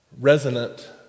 resonant